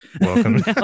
Welcome